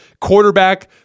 Quarterback